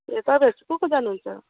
ए तपाईँहरू चाहिँ को को जानु हुन्छ